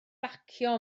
bacio